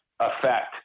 effect